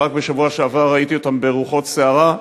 רק בשבוע שעבר ראיתי אותם ברוחות סערה,